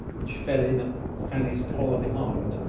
which fell in at fanny's collar behind,